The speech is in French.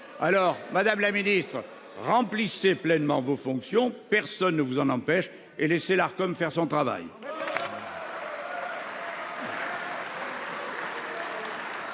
! Madame la ministre, remplissez pleinement vos fonctions, personne ne vous en empêche, et laissez l'Arcom faire son travail